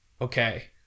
okay